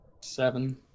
Seven